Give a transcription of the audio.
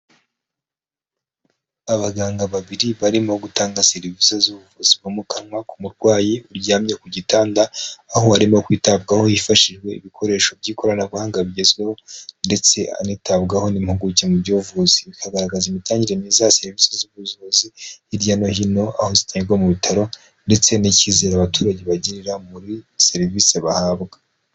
Abaganga babiri barimo gutanga serivisi z'ubuvuzi bwo mu kanwa ku murwayi uryamye ku gitanda aho arimo kwitabwaho hifashishijwe ibikoresho by'ikoranabuhanga bigezweho ndetse anitabwaho n'impuguke mu by'ubuvuzi. Bikagaragaza imitangire myiza ya serivisi z'ubuvuzi hirya no hino aho zitangirwa mu bitaro, ndetse n'ikizere abaturage bagirira muri serivisi bahabwa.